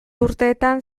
urteetan